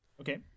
Okay